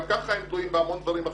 גם כך הם תלויים בהרבה דברים אחרים.